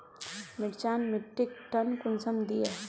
मिर्चान मिट्टीक टन कुंसम दिए?